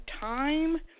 time